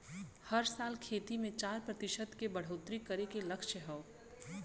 हर साल खेती मे चार प्रतिशत के बढ़ोतरी करे के लक्ष्य हौ